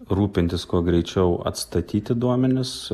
rūpintis kuo greičiau atstatyti duomenis